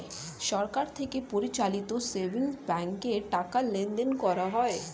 সরকার থেকে পরিচালিত সেভিংস ব্যাঙ্কে টাকা লেনদেন করা হয়